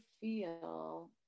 feel